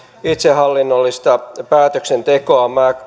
itsehallinnollista päätöksentekoa